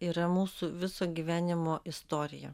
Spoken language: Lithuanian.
yra mūsų viso gyvenimo istorija